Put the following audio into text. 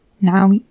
Now